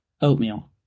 Oatmeal